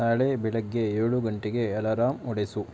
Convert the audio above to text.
ನಾಳೆ ಬೆಳಗ್ಗೆ ಏಳು ಗಂಟೆಗೆ ಅಲಾರಾಮ್ ಹೊಡೆಸು